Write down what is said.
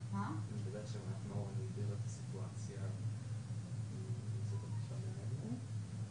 הבעיה נובעת מחוק אחר, ולא מהחוק שפה.